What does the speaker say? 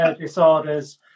disorders